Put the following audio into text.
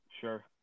Sure